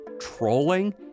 trolling